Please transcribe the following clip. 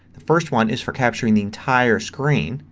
the first one is for capturing the entire screen.